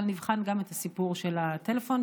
אבל נבחן גם את הסיפור של הטלפון.